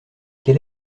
quel